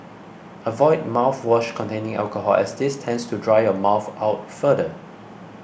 avoid mouthwash containing alcohol as this tends to dry your mouth out further